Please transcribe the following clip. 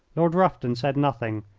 lord rufton said nothing,